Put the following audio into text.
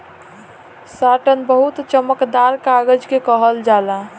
satin बहुत चमकदार कागज के कहल जाला